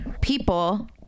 People